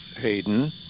Hayden